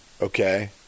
okay